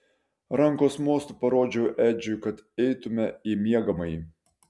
rankos mostu parodžiau edžiui kad eitumėme į miegamąjį